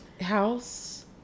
house